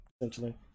essentially